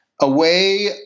away